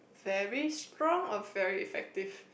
very strong or very effective